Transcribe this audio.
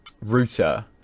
router